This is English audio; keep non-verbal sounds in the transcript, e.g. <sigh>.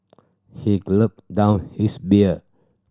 he <unintelligible> down his beer